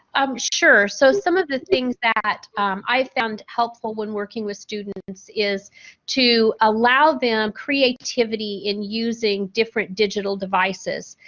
i'm sure so some of the things that i found helpful when working with students is to allow them creativity in using different digital devices.